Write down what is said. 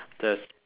there's